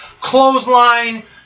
clothesline